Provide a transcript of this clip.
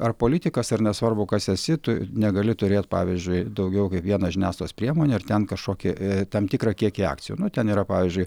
ar politikas ar nesvarbu kas esi tu negali turėt pavyzdžiui daugiau kaip vieną žiniasklaidos priemonę ir ten kažkokį tam tikrą kiekį akcijų nu ten yra pavyzdžiui